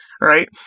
right